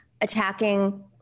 attacking